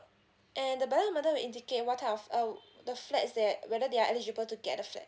and the ballot number will indicate what type of um the flats that whether they are eligible to get the flat